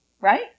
right